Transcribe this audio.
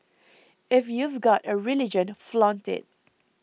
if you've got a religion flaunt it